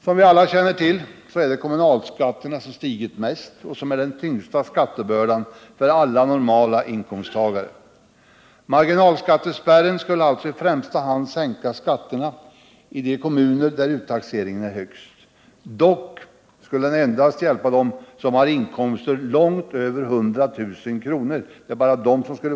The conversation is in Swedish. Som vi alla känner till är det kommunalskatterna som stigit mest och som är den tyngsta skattebördan för alla normala inkomsttagare. Marginalskatte spärren skulle alltså i främsta hand sänka skatterna i de kommuner där uttaxeringen är högst. Dock skulle endast de som har inkomster långt över 100 000 kr.